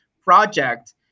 project